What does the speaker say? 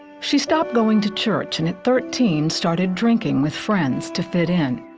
she stopped going to church and thirteen started drinking with friends to fit in.